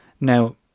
Now